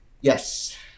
yes